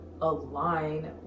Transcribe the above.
align